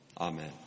Amen